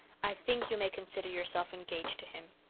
i think you may consider yourself engaged to him.